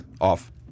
off